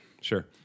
Sure